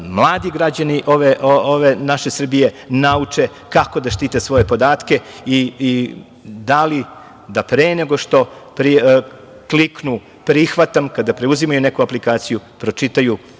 mladi građani ove naše Srbije nauče kako da štite svoje podatke i da li da pre nego što kliknu – prihvatam kada preuzimaju neku aplikaciju pročitaju